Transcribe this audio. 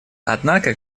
однако